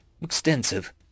extensive